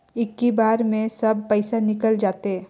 इक्की बार मे सब पइसा निकल जाते?